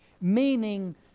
meaning